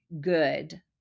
good